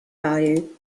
value